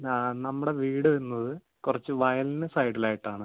ആ നമ്മുടെ വീട് നിന്നത് കുറച്ച് വയലിന് സൈഡിലായിട്ടാണ്